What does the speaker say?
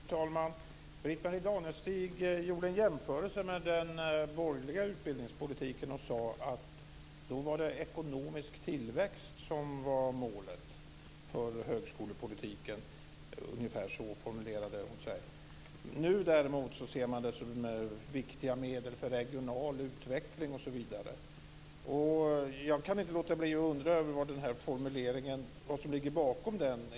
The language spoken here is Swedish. Fru talman! Britt-Marie Danestig gjorde en jämförelse med den borgerliga utbildningspolitiken och sade att då var det ekonomisk tillväxt som var målet för högskolepolitiken. Ungefär så formulerade hon sig. Nu däremot ser man den som ett viktigt medel för regional utveckling osv. Jag kan inte låta bli att undra vad som ligger bakom den här formuleringen.